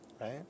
Right